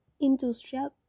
industrial